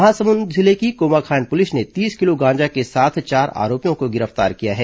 महासमुंद जिले की कोमाखान पुलिस ने तीस किलो गांजे के साथ चार आरोपियों को गिरफ्तार किया है